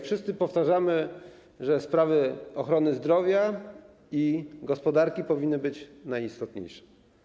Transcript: Wszyscy powtarzamy, że sprawy ochrony zdrowia i gospodarki powinny być najistotniejsze.